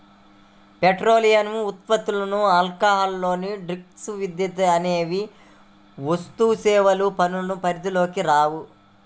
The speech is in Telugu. పెట్రోలియం ఉత్పత్తులు, ఆల్కహాల్ డ్రింక్స్, విద్యుత్ అనేవి వస్తుసేవల పన్ను పరిధిలోకి రావు